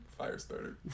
Firestarter